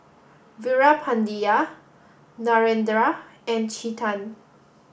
Veerapandiya Narendra and Chetan